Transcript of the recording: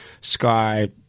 Sky